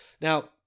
Now